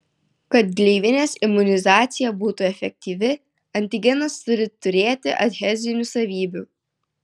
kad gleivinės imunizacija būtų efektyvi antigenas turi turėti adhezinių savybių